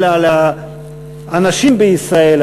אבל על האנשים בישראל,